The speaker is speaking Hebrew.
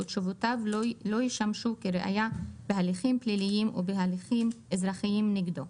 ותשובותיו לא ישמשו כראיה בהליכים פליליים או בהליכים אזרחים נגדו.